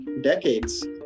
decades